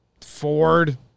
Ford